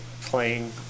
playing